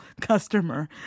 customer